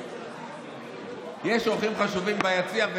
יש אורחים חשובים ביציע,